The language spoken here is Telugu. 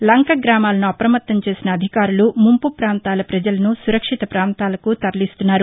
లంకగ్రామాలను అప్రమత్తంచేసిన అధికారులు ముంపు ప్రాంతాల ప్రజలను సురక్షిత ప్రాంతాలకు తరలిస్తున్నారు